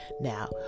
Now